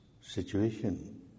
situation